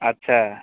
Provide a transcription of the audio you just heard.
अच्छा